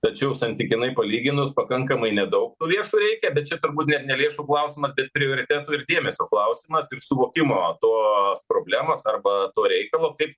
tačiau santykinai palyginus pakankamai nedaug lėšų reikia bet čia turbūt net ne lėšų klausimas bet prioritetų ir dėmesio klausimas ir suvokimo tos problemos arba tuo reikalu ir kaip